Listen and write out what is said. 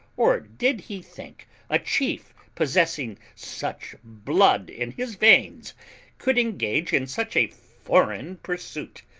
or did he think a chief possessing such blood in his veins could engage in such a foreign pursuit?